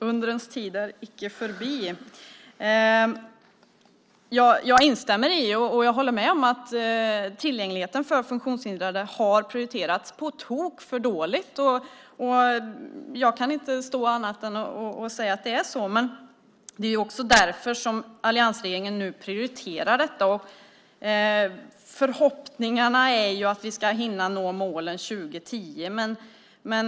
Fru talman! Jag instämmer och jag håller med om att tillgängligheten för funktionshindrade har prioriterats på tok för dåligt. Jag kan inte säga annat än att det är så. Det är också därför som alliansregeringen nu prioriterar det. Förhoppningarna är att vi ska hinna nå målen till 2010.